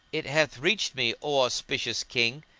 it hath reached me, o auspicious king,